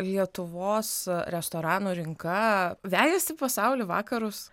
lietuvos restoranų rinka vejasi pasaulį vakarus